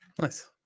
nice